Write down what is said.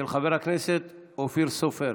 מס' 992, של חבר הכנסת אופיר סופר.